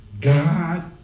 God